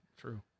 True